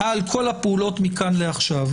על כל הפעולות מכאן לעכשיו,